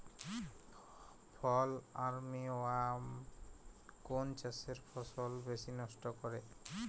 ফল armyworm কোন চাষের ফসল বেশি নষ্ট করে?